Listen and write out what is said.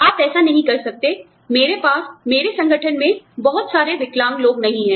आप ऐसा नहीं कह सकते मेरे पास मेरे संगठन में बहुत सारे विकलांग लोग नहीं हैं